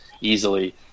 easily